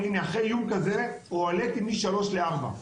הנה אחרי איום כזה הועליתי משלוש לארבע,